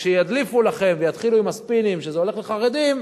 כשידליפו לכם ויתחילו עם הספינים שזה הולך לחרדים,